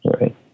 right